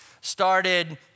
started